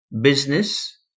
business